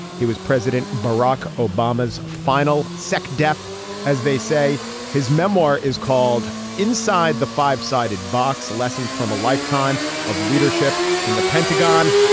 he was president barack obama's final sec def as they say his memoir is called inside the five sided box lessons from a lifetime of leadership in the pentagon.